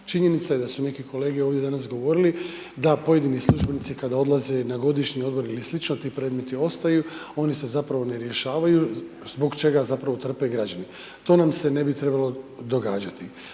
Činjenica je da su neki kolege ovdje danas govorili da pojedini službenici kada odlaze na godišnji odmor ili sl., ti predmeti ostaju, oni se zapravo ne rješavaju zbog čega zapravo trpe građani, to nam se ne bi trebalo događati.